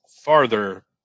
farther